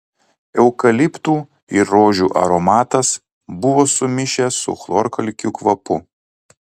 eukaliptų ir rožių aromatas buvo sumišęs su chlorkalkių kvapu